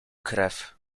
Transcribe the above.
krew